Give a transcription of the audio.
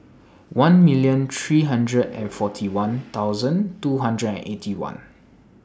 one million three hundred and forty one thousand two hundred and Eighty One